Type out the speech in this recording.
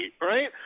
right